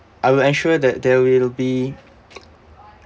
I will ensure that there will be